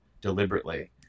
deliberately